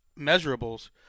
measurables